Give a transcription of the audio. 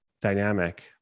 dynamic